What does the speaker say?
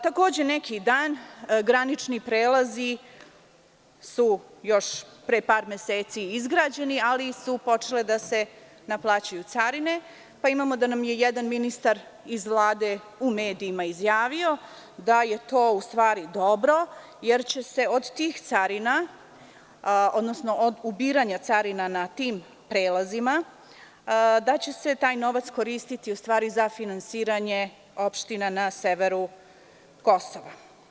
Takođe neki dan granični prelazi su još pre par meseci izgrađeni, ali su počele da se naplaćuju carine, pa imamo da nam je jedan ministar iz Vlade u medijima izjavio da je to u stvari dobro, jer će se novac od ubiranja carina na tim prelazima koristiti za finansiranje opština na severu Kosova.